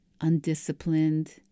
undisciplined